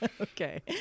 Okay